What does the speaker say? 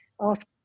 ask